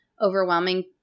overwhelming